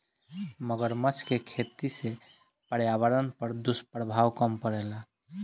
मगरमच्छ के खेती से पर्यावरण पर दुष्प्रभाव कम पड़ेला